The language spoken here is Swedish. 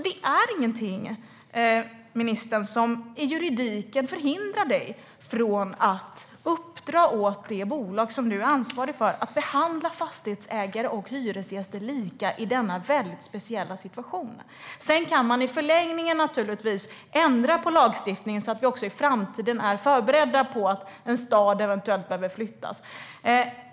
Det finns ingenting som juridiskt förhindrar ministern att uppdra åt bolaget som ministern är ansvarig för att behandla fastighetsägare och hyresgäster lika i denna väldigt speciella situation. I förlängningen kan man naturligtvis ändra lagstiftningen så att vi i framtiden är förberedda om en stad eventuellt kommer att behöva flyttas.